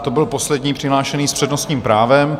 To byl poslední přihlášený s přednostním právem.